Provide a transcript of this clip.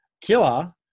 killer